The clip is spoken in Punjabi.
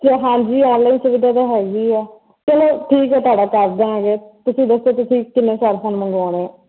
ਅਤੇ ਹਾਂਜੀ ਆਨਲਾਈਨ ਸੁਵਿਧਾ ਤਾਂ ਹੈਗੀ ਹੈ ਚਲੋ ਠੀਕ ਹੈ ਤੁਹਾਡਾ ਕਰ ਦੇਵਾਂਗੇ ਤੁਸੀਂ ਦੱਸੋ ਤੁਸੀਂ ਕਿੰਨੇ ਸੈਮਸੁੰਗ ਮੰਗਵਾਉਣੇ ਆ